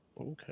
Okay